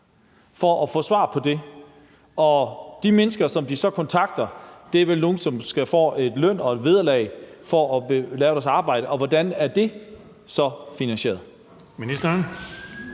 for at få svar på det? Og de mennesker, som de så kontakter, er vel nogen, som får løn og vederlag for at lave deres arbejde. Og hvordan er det så finansieret?